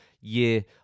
year